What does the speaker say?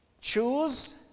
Choose